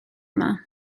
yma